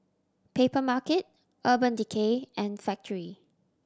Papermarket Urban Decay and Factorie